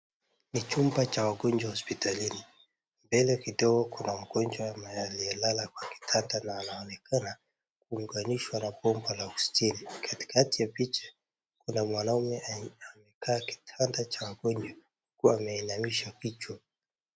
Ni chumba cha wagonjwa hosipitalini. Mbele kidogo kuna mgonjwa aliyelala kwa kitanda na anaonekana kuunganishwa na bomba la usitiri. Katikati ya picha kuna mwanaume aliyekaa kitanda cha wagonjwa uku ameinamisha kichwa.